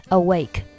awake